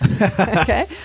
Okay